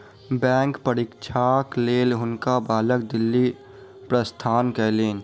bank परीक्षाक लेल हुनका बालक दिल्ली प्रस्थान कयलैन